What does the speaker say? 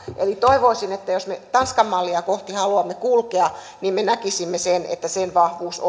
eli toivoisin että jos me tanskan mallia kohti haluamme kulkea niin me näkisimme sen että sen vahvuus